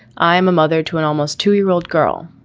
i am a mother to an almost two year old girl.